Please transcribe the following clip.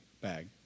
bag